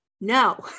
No